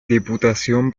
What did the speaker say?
diputación